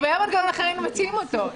אם היה אחר, היינו מציעים אותו.